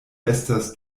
estas